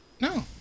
no